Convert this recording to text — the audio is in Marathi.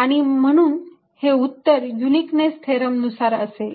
आणि म्हणून हे उत्तर युनिकनेस थेरम नुसार असेल